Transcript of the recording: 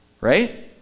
right